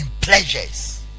pleasures